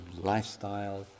lifestyle